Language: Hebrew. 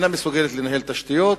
אינה מסוגלת לנהל תשתיות